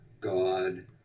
God